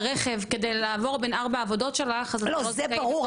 רכב כדי לעבור בין ארבעת העבודות שלך --- לא זה ברור,